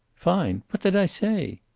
fine! what did i say?